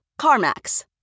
CarMax